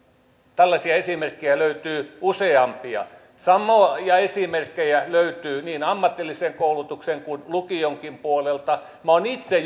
tällaisia esimerkkejä löytyy useampia ja esimerkkejä löytyy niin ammatillisen koulutuksen kuin lukionkin puolelta minä olen itse